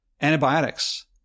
Antibiotics